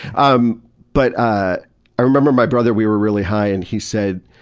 um but ah i remember my brother, we were really high and he said,